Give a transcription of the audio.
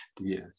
Yes